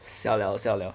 siao liao siao liao